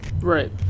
Right